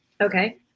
okay